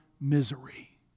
misery